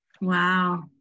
Wow